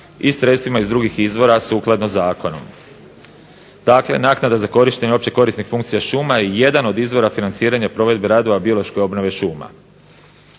i sredstvima iz drugih izvora sukladno zakonom. Dakle, naknada za korištenje opće korisnih funkcija šuma je jedan od izvora financiranja provedbe radova biološke obnove šuma.